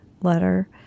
letter